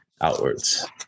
outwards